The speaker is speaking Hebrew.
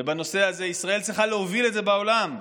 ובנושא הזה, ישראל צריכה להוביל את זה בעולם: